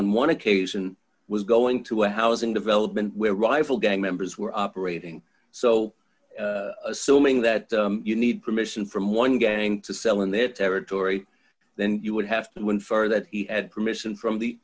on one occasion was going to a housing development where rival gang members were operating so assuming that you need permission from one gang to sell in their territory then you would have to infer that he had permission from the